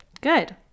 Good